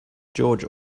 george